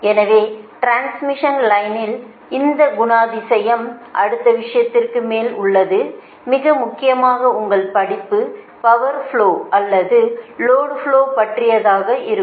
எனவே டிரான்ஸ்மிஷன் லைனின் இந்த குணாதிசயம் அடுத்த விஷயத்திற்கு மேல் உள்ளது மிக முக்கியமாக உங்கள் படிப்பு பவா் ஃப்லோ அல்லது லோடு ஃப்லோ பற்றியதாக இருக்கும்